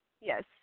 Yes